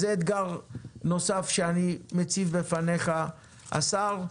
אז זה אתגר נוסף שאני מציב בפניך, השר.